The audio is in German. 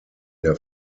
der